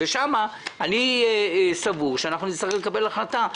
אני סבור שאנחנו נצטרך לקבל החלטה.